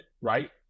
right